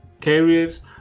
carriers